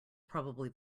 probably